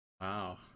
wow